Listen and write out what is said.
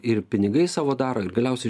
ir pinigais savo daro ir galiausiai